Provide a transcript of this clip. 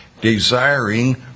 Desiring